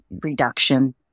reduction